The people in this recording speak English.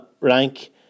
rank